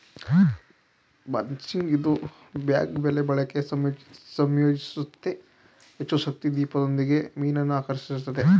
ಬಾಸ್ನಿಗ್ ಇದು ಬ್ಯಾಗ್ ಬಲೆ ಬಳಕೆ ಸಂಯೋಜಿಸುತ್ತೆ ಹೆಚ್ಚುಶಕ್ತಿ ದೀಪದೊಂದಿಗೆ ಮೀನನ್ನು ಆಕರ್ಷಿಸುತ್ತೆ